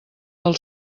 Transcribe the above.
del